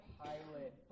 pilot